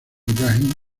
ibrahim